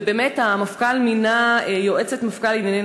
ובאמת המפכ"ל מינה יועצת מפכ"ל לענייני